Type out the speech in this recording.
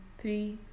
three